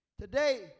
Today